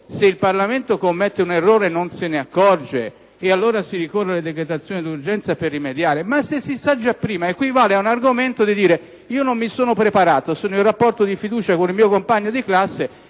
se il Parlamento commette un errore e non se ne accorge, e allora si ricorre alla decretazione d'urgenza per rimediare. Ma se si sa già prima, equivale a dire: io non mi sono preparato, sono in rapporto di fiducia con il mio compagno di classe,